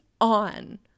on